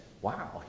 wow